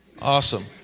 awesome